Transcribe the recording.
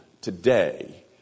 today